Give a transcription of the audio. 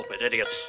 idiots